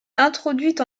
introduite